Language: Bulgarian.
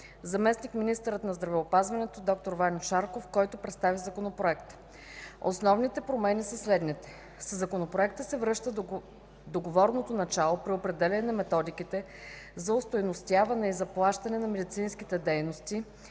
заместник-министърът на здравеопазването д-р Ваньо Шарков, който представи Законопроекта. Основните промени са следните: Със Законопроекта се връща договорното начало при определяне на методиките за остойностяване и заплащане на медицинските дейности,